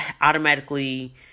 automatically